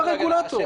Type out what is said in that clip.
הם הרגולטור.